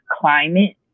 climate